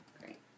great